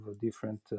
different